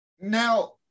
Now